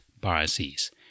biases